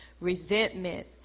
resentment